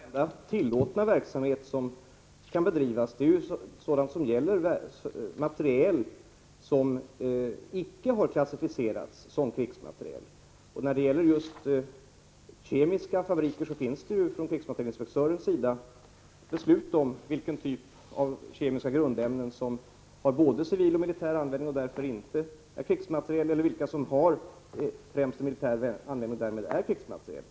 Herr talman! Den enda tillåtna verksamhet som kan bedrivas är sådan som gäller materiel som icke klassificerats som krigsmateriel. När det gäller kemiska fabriker finns det beslut från krigsmaterielinspektören om vilken typ av kemiska grundämnen som har både civil och militär användning och därför inte är krigsmateriel och vilka som har främst militär användning och därmed klassificeras som krigsmateriel.